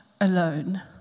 alone